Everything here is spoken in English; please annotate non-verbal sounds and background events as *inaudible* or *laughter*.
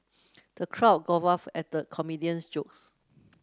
the crowd *unintelligible* at the comedian's jokes